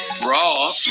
Raw